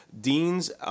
Dean's